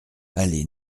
allée